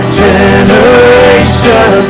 generation